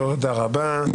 תודה רבה.